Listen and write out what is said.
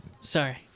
Sorry